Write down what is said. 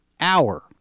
hour